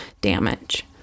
damage